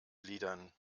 gliedern